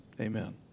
Amen